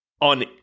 on